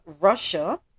Russia